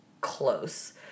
close